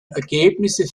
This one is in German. ergebnisse